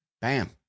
Bam